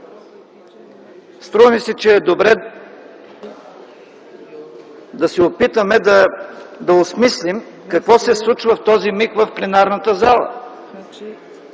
Струва ми се, че е добре да се опитаме да осмислим какво се случва в този миг в пленарната зала.